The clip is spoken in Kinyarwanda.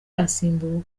yasimbuwe